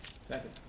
Second